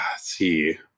see